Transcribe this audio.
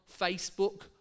Facebook